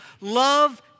Love